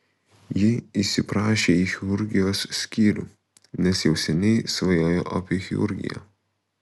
ji įsiprašė į chirurgijos skyrių nes jau seniai svajojo apie chirurgiją